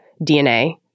DNA